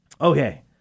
Okay